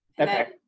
okay